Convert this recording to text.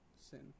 sin